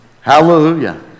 hallelujah